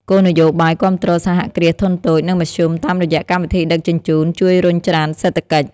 គោលនយោបាយគាំទ្រសហគ្រាសធុនតូច និងមធ្យមតាមរយៈកម្មវិធីដឹកជញ្ជូនជួយរុញច្រានសេដ្ឋកិច្ច។